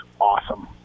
awesome